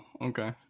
okay